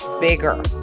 bigger